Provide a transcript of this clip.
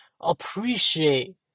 appreciate